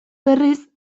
berriz